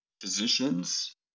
physicians